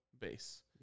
base